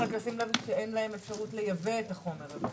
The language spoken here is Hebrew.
שאין להם אפשרות לייבא את החומר הזה.